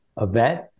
event